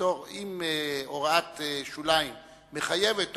אם הוראת שוליים היא מחייבת,